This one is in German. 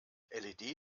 led